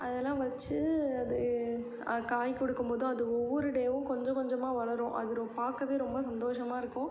அதெல்லாம் வச்சு அது காய் கொடுக்கும்போதும் அது ஒவ்வொரு டேவும் கொஞ்ச கொஞ்சமாக வளரும் அது ரொ பார்க்கவே ரொம்ப சந்தோஷமாக இருக்கும்